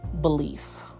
belief